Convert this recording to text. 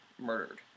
murdered